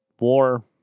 War